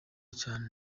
cyane